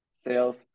sales